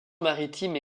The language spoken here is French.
maritimes